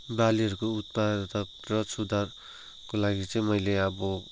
बालीहरूको उत्पादक र सुधारको लागि चाहिँ मैले अब